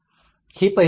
ही पहिली पायरी आहे